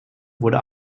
wurde